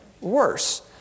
worse